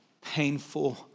painful